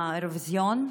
האירוויזיון.